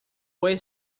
fue